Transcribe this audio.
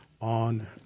on